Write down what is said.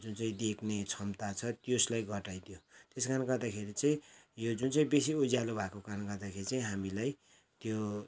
जुन चाहिँ देख्ने क्षमता छ त्यसलाई घटाइदियो त्यस कारणले गर्दाखेरि चाहिँ यो जुन चाहिँ बेसी उज्यालो भएको कारणले गर्दाखेरि चाहिँ हामीलाई त्यो